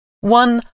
One